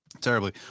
Terribly